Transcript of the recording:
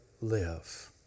live